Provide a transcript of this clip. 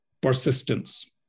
persistence